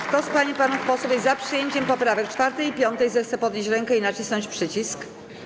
Kto z pań i panów posłów jest za przyjęciem poprawek 4. i 5., zechce podnieść rękę i nacisnąć przycisk.